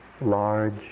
large